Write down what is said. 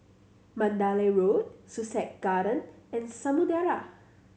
Mandalay Road Sussex Garden and Samudera